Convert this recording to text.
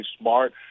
smart